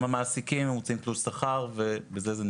המעסיקים הם רוצים תלוש שכר ובזה זה נגמר.